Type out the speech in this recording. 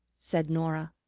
said norah.